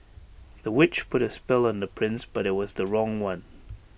the witch put A spell on the prince but IT was the wrong one